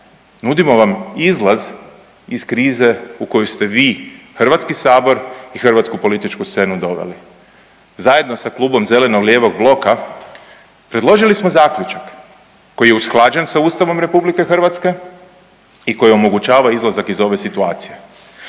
nudimo vam izlaz iz krize u koju ste vi HS i hrvatsku političku scenu doveli. Zajedno sa Klubom zeleno-lijevog bloka predložili smo zaključak koji je usklađen sa Ustavom RH i koji omogućava izlazak iz ove situacije